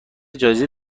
جایزه